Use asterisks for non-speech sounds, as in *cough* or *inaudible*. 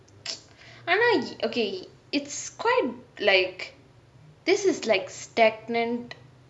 *noise* ஆனா:aana okay it's quite like this is like stagnant